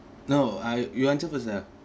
no I you answer first lah